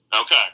Okay